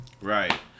Right